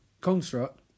construct